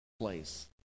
place